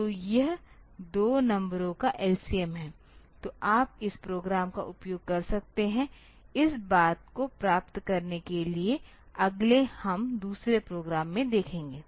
तो यह 2 नंबरों का LCM है तो आप इस प्रोग्राम का उपयोग कर सकते हैं इस बात को प्राप्त करने के लिए अगले हम दूसरे प्रोग्राम में देखेंगे